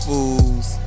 Fools